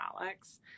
Alex